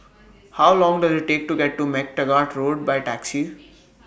How Long Does IT Take to get to MacTaggart Road By Taxi